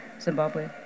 Zimbabwe